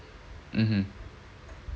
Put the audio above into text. mmhmm